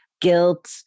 guilt